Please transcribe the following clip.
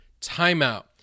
timeout